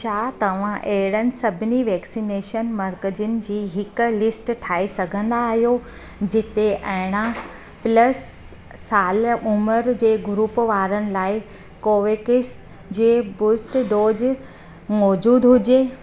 छा तव्हां अहिड़नि सभिनी वैक्सनेशन मर्कज़नि जी हिकु लिस्ट ठाहे सघंदा आहियो जिते अरिड़हं प्लस साल उमिरि जे ग्रूप वारनि लाइ कोवोवेक्स जो बूस्ट डोज़ मौजूद हुजे